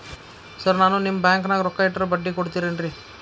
Sir ನಾನು ನಿಮ್ಮ ಬ್ಯಾಂಕನಾಗ ರೊಕ್ಕ ಇಟ್ಟರ ಬಡ್ಡಿ ಕೊಡತೇರೇನ್ರಿ?